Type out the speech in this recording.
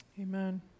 Amen